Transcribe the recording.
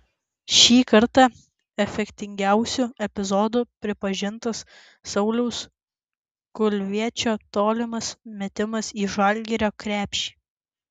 šį kartą efektingiausiu epizodu pripažintas sauliaus kulviečio tolimas metimas į žalgirio krepšį